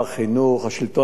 השלטון המקומי,